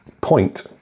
point